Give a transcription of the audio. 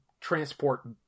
transport